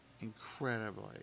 incredibly